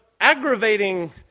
aggravating